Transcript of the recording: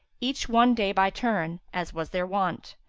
each one day by turn, as was their wont.